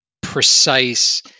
precise